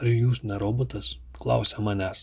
ar jūs ne robotas klausia manęs